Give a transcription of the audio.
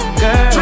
girl